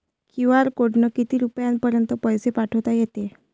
QR कोडनं किती रुपयापर्यंत पैसे पाठोता येते?